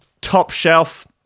top-shelf